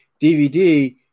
DVD